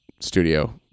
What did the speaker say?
studio